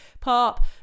pop